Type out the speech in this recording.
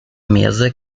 mesa